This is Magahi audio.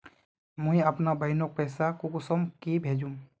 मुई अपना बहिनोक पैसा कुंसम के भेजुम?